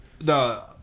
no